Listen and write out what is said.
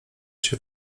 się